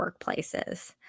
Workplaces